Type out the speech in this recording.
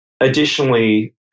additionally